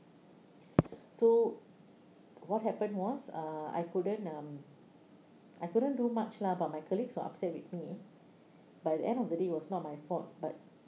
so what happened was uh I couldn't um I couldn't do much lah but my colleagues were upset with me but at the end of the day it was not my fault but